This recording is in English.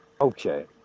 Okay